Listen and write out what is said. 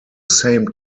same